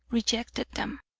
rejected them.